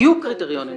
יהיו קריטריונים ברורים.